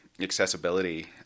accessibility